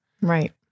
Right